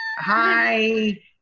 hi